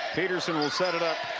petersen will set it up